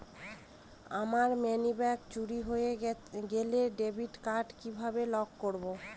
আমার মানিব্যাগ চুরি হয়ে গেলে ডেবিট কার্ড কিভাবে লক করব?